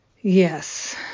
Yes